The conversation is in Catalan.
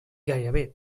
gairebé